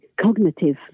cognitive